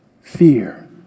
Fear